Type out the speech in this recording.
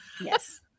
yes